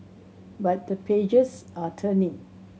but the pages are turning